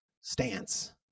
stance